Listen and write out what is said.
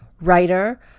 writer